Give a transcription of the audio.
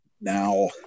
Now